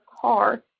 car